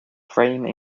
frame